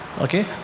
okay